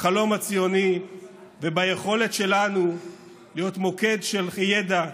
בחלום הציוני וביכולת שלנו להיות מוקד של ידע,